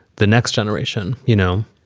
the next generation. you know,